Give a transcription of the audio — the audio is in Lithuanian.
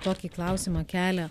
tokį klausimą kelia